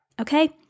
okay